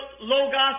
Logos